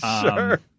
Sure